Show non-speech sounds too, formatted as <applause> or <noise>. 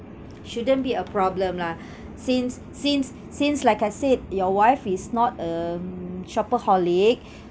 shouldn't be a problem lah <breath> since since since like I said your wife is not a shopaholic